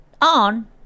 on